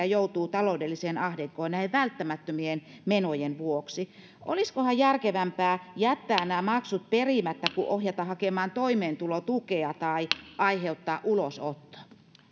joutuu taloudelliseen ahdinkoon näiden välttämättömien menojen vuoksi olisikohan järkevämpää jättää nämä maksut perimättä kuin ohjata hakemaan toimeentulotukea tai aiheuttaa ulosotto